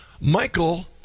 Michael